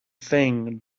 thing